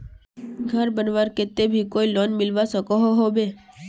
घोर बनवार केते भी कोई लोन मिलवा सकोहो होबे?